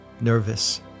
nervous